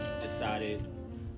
decided